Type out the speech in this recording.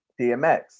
DMX